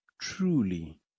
truly